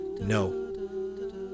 No